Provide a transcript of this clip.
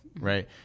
Right